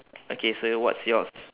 okay so what's yours